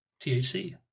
THC